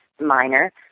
minor